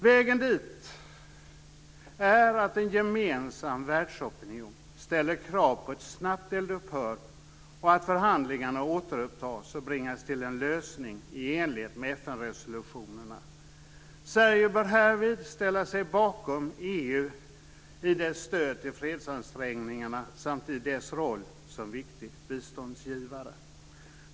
Vägen dit är att en gemensam världsopinion ställer krav på ett snabbt eldupphör och att förhandlingarna återupptas och bringas till en lösning i enlighet med FN-resolutionerna. Sverige bör härvid ställa sig bakom EU i dess stöd till fredsansträngningarna samt i dess roll som viktig biståndsgivare.